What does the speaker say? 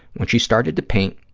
when she started to paint,